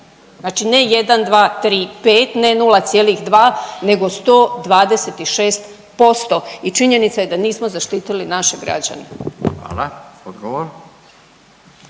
Znači ne 1, 2, 3, 5 ne 0,2 nego 126%. I činjenica je da nismo zaštitili naše građane. **Radin,